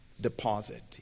deposit